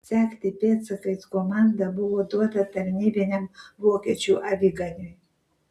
sekti pėdsakais komanda buvo duota tarnybiniam vokiečių aviganiui